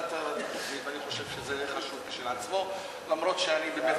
ואני חושב שזה חשוב כשלעצמו אף-על-פי שאני באמת